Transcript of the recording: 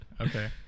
Okay